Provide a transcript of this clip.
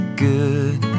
good